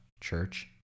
church